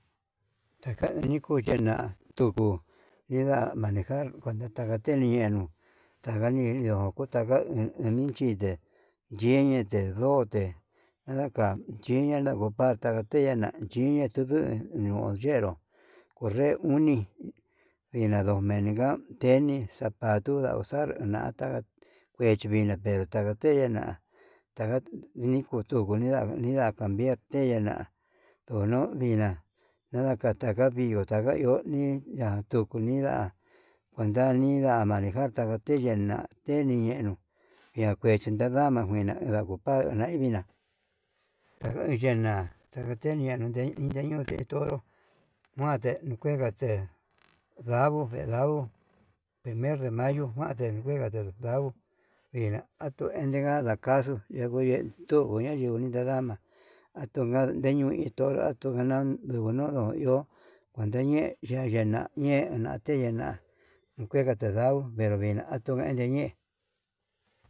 Teka yiko yena'a tuku nida manejar kuenta taka teni yen nuu tanga ni ñeu kuta ngan uun nenin chinde yeñete ndote, nadanga yiña nakupata tateña chingatu ño'o yenró onre uni vina ndomeniga teni, zapato ndau xa'a nata kuechi vina'a pero tatena, ndagtu nikutu comida ninda'a, cambiar tena'a ndono vina nadakata vi'ó ndutaka iho ñiña'a, natuu comida kuenta ni manejar taka te'e yena'a ndeni enrón nda'a keti nduadana nguena, ndakukar ndainina ta hiyina xanatenia ta yendia ndee toro ndonro kuante notengate, ndaguo vee ndanguo mes de mayo kuante kendate nduu ndau ndina atuu, ndenega ndakaxuu ye'e tungu ayungui dadana atunga yenuu ndeitu atuu ndanan ndunuu no iho kuenta ñe'e ya yena ñe'e natena enkuenro ndau atuyena nda kueni ñe'e.